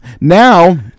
Now